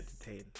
entertain